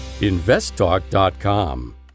investtalk.com